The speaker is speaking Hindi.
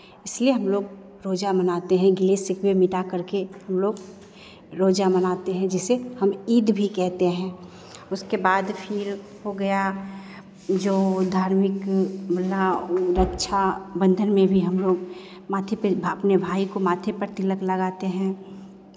इसलिए हम लोग रोजा मनाते हैं गिले शिकवे मिटाकर के हम लोग रोजा मनाते हैं जिसे हम ईद भी कहते हैं उसके बाद फिर हो गया जो धार्मिक रक्षा बंधन में भी हम लोग माथे पर अपने भाई को माथे पर तिलक लगाते हैं